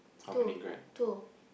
two two